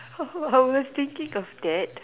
I was thinking of that